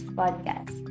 podcast